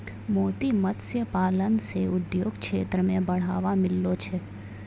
मोती मत्स्य पालन से उद्योग क्षेत्र मे बढ़ावा मिललो छै